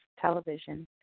television